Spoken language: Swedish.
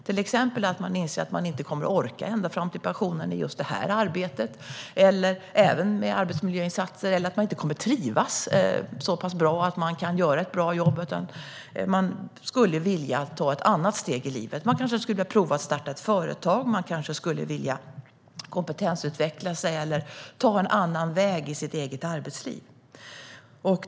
Man kanske inser att man inte kommer att orka ända fram till pensionen i just det arbetet, trots arbetsmiljöinsatser, eller att man inte kommer att trivas så bra att man kan göra ett bra jobb. Man skulle vilja ta ett annat steg i livet - kanske prova att starta ett företag, kompetensutveckla sig eller ta en annan väg i arbetslivet.